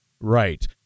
Right